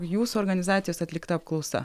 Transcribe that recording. jūsų organizacijos atlikta apklausa